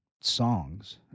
songs